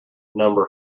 number